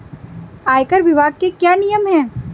आयकर विभाग के क्या नियम हैं?